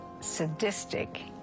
sadistic